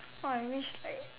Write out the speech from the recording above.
I wish like